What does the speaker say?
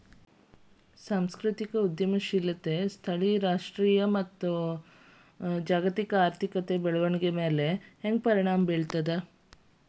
ಸಾಂಸ್ಕೃತಿಕ ಉದ್ಯಮಶೇಲತೆ ಸ್ಥಳೇಯ ರಾಷ್ಟ್ರೇಯ ಮತ್ತ ಜಾಗತಿಕ ಆರ್ಥಿಕತೆಯ ಬೆಳವಣಿಗೆಯ ಮ್ಯಾಲೆ ಹೆಂಗ ಪ್ರಭಾವ ಬೇರ್ತದ